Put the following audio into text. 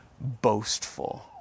boastful